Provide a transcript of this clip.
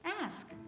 Ask